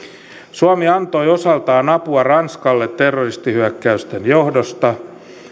suomi antoi osaltaan apua ranskalle terroristihyökkäysten johdosta